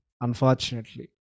Unfortunately